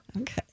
Okay